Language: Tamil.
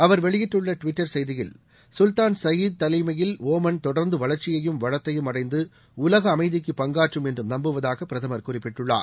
அவர் வெளியிட்டுள்ள டுவிட்டர் செய்தியில் கல்தான் சுயீத் தலைமையில் ஒமன் தொடர்ந்து வளர்ச்சியையும் வளத்தையும் அடைந்து உலக அமைதிக்கு பங்காற்றும் என்று நம்புவதாக பிரதமர் குறிப்பிட்டுள்ளார்